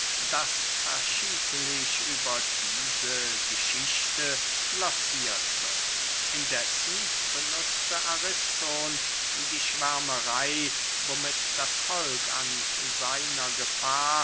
daß verschiedlich über diese geschichte glossiert wird indessen benutzte ariston die schwärmerey womit das volk an seiner gefahr